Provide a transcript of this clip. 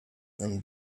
and